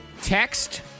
Text